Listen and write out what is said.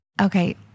Okay